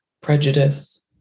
prejudice